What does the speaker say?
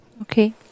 Okay